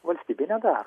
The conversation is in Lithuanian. valstybei nedaro